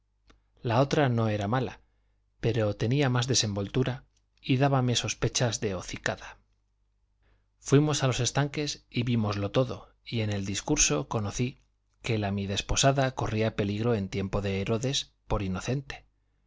la otra no era mala pero tenía más desenvoltura y dábame sospechas de hocicada fuimos a los estanques vímoslo todo y en el discurso conocí que la mi desposada corría peligro en tiempo de herodes por inocente